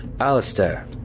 Alistair